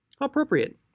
Appropriate